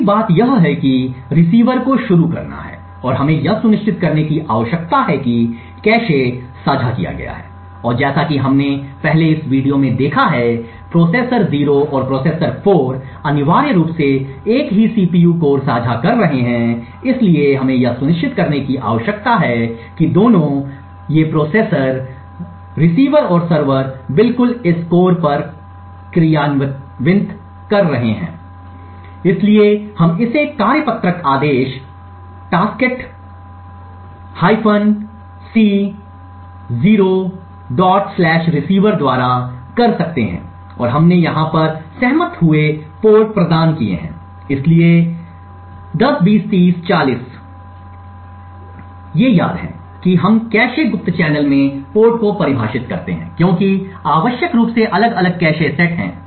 पहली बात यह है कि रिसीवर को शुरू करना है और हमें यह सुनिश्चित करने की आवश्यकता है कि कैश साझा किया गया है और जैसा कि हमने पहले इस वीडियो में देखा है प्रोसेसर 0 और प्रोसेसर 4 अनिवार्य रूप से एक ही सीपीयू कोर साझा कर रहे हैं इसलिए हमें यह सुनिश्चित करने की आवश्यकता है कि दोनों ये प्रोसेसर रिसीवर और सर्वर बिल्कुल इस कोर पर क्रियान्वित कर रहे हैं इसलिए हम इसे कार्यपत्रक आदेश taskset c 0 receiver द्वारा कर सकते हैं और हमने यहां पर सहमत हुए पोर्ट प्रदान किए हैं इसलिए 10 20 30 40 इतना याद है कि हम कैश गुप्त चैनल में पोर्ट को परिभाषित करते हैं क्योंकि आवश्यक रूप से अलग अलग कैश सेट हैं